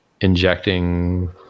injecting